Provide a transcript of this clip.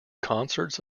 concerts